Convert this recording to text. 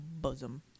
bosom